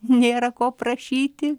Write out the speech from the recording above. nėra ko prašyti